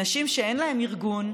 אנשים שאין להם ארגון,